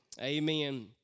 Amen